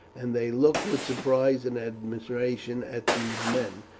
and they looked with surprise and admiration at these men,